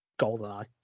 Goldeneye